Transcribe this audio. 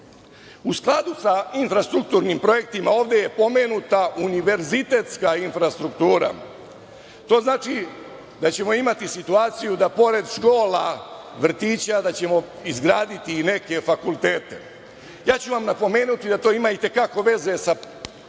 skladu sa infrastrukturnim projektima, ovde je pomenuta univerzitetska infrastruktura. To znači da ćemo imati situaciju da pored škola, vrtića, da ćemo izgraditi i neke fakultete. Ja ću vam napomenuti da to ima i te kako veze sa